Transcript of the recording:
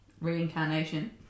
Reincarnation